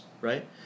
Right